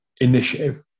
initiative